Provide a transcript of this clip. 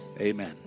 Amen